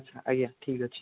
ଆଚ୍ଛା ଆଜ୍ଞା ଠିକ୍ ଅଛି